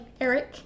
Eric